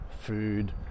food